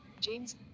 James